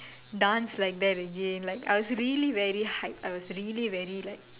dance like that again like I was really very hyped I was really very like